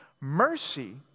Mercy